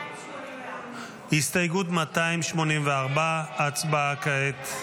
284. הסתייגות 284, הצבעה כעת.